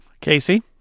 Casey